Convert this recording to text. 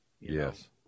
Yes